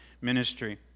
ministry